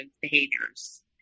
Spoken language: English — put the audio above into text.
behaviors